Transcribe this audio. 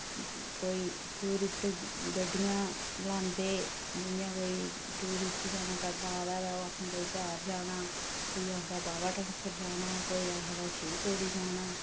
कोई टूरिस्ट गड्डियां लांदे जि'यां कोई टूरिस्ट जाना कटरा आवा दा होऐ ओह् आखना कोई ग्हार जाना कोई आखदा बाबा धनसर जाना कोई आखदा शिव खोड़ी जाना